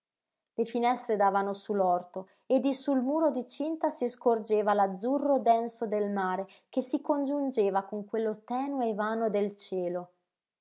le finestre davano su l'orto e di sul muro di cinta si scorgeva l'azzurro denso del mare che si congiungeva con quello tenue e vano del cielo